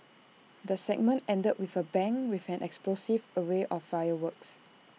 the segment ended with A bang with an explosive array of fireworks